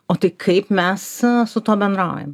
o tai kaip mes su tuo bendraujam